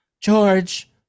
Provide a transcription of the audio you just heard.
george